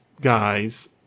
guys